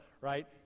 right